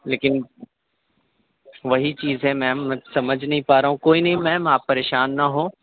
لیکن وہی چیز ہے میم میں سمجھ نہیں پا رہا ہوں کوئی نہیں میم آپ پریشان نہ ہوں